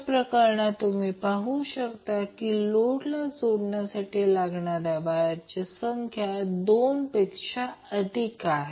तर या प्रकरणात हा प्रॉब्लेम अगदी सोपा आहे कारण ω0 दिलेली आहे